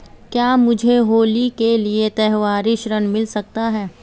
क्या मुझे होली के लिए त्यौहारी ऋण मिल सकता है?